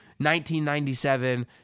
1997